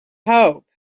hope